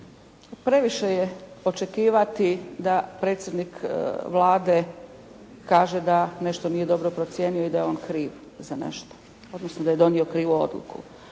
previše je očekivati da predsjednik Vlade kaže da nešto nije dobro procijenio i da je on kriv za nešto, odnosno da je donio krivu odluku.